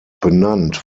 benannt